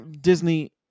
Disney